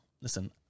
Listen